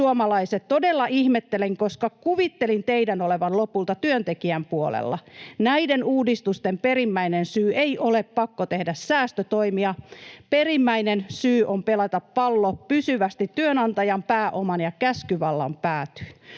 todella ihmettelen, koska kuvittelin teidän olevan lopulta työntekijän puolella. Näiden uudistusten perimmäinen syy ei ole pakko tehdä säästötoimia. Perimmäinen syy on pelata pallo pysyvästi työnantajan, pääoman ja käskyvallan päätyyn.